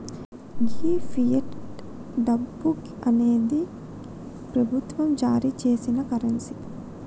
గీ fiat డబ్బు అనేది ప్రభుత్వం జారీ సేసిన కరెన్సీ